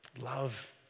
Love